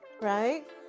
right